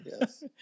Yes